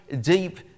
deep